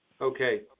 Okay